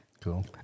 Cool